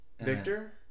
Victor